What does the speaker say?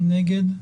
מי נגד?